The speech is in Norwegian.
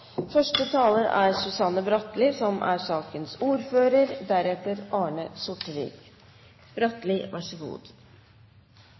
Første taler er sakens ordfører, Arne Sortevik.